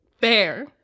Fair